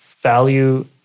Value